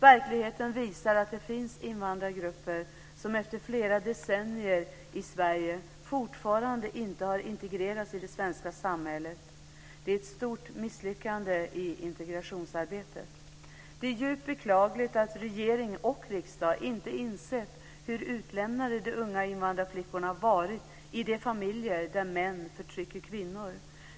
Verkligheten visar att det finns invandrargrupper som efter flera decennier i Sverige fortfarande inte har integrerats i det svenska samhället. Det är ett stort misslyckande i integrationsarbetet. Det är djupt beklagligt att regering och riksdag inte insett hur utlämnade de unga invandrarflickorna varit i de familjer där män förtrycker kvinnor.